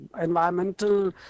environmental